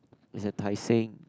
it's at Tai Seng